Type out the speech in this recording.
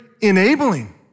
enabling